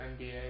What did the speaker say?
NBA